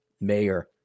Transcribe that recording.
mayor